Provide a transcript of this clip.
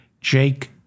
Jake